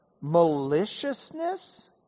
maliciousness